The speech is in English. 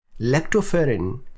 Lactoferrin